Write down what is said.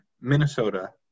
Minnesota